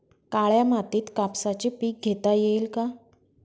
काळ्या मातीत कापसाचे पीक घेता येईल का?